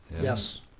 Yes